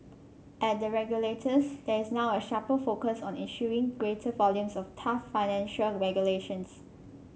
at the regulators there is now a sharper focus on issuing greater volumes of tough financial regulations